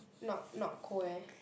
not not cold eh